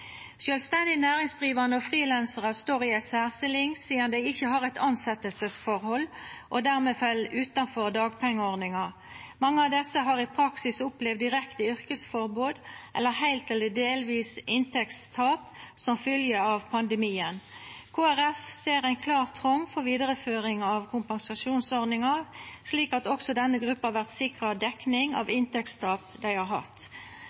Sjølvstendig næringsdrivande og frilansarar står i ei særstilling sidan dei ikkje har eit tilsettingsforhold og dermed fell utanfor dagpengeordninga. Mange av desse har i praksis opplevd direkte yrkesforbod eller heilt eller delvis inntektstap som fylgje av pandemien. Kristeleg Folkeparti ser ein klar trong for vidareføring av kompensasjonsordninga, slik at også denne gruppa vert sikra dekning av inntektstapet dei har hatt.